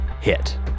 Hit